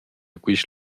quist